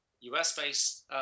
US-based